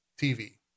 TV